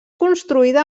construïda